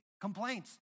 complaints